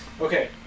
Okay